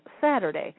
Saturday